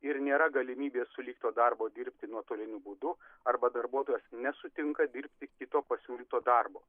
ir nėra galimybės sulygto darbo dirbti nuotoliniu būdu arba darbuotojas nesutinka dirbti kito pasiūlyto darbo